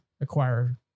acquire